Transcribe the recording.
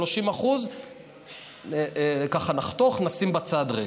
30% נחתוך ונשים בצד רגע,